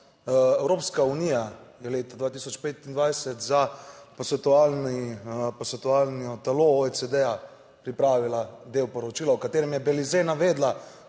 Evropska unija je leta 2025 za posvetovalno telo OECD pripravila del poročila v katerem je Belize navedla